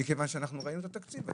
מכיוון שראינו את התקציב.